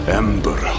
ember